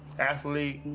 athlete.